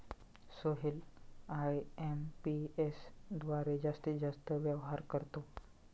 Sohail IMPS द्वारे जास्तीत जास्त व्यवहार करतो